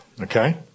Okay